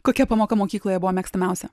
kokia pamoka mokykloje buvo mėgstamiausia